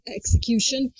execution